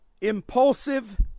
impulsive